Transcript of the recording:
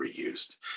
reused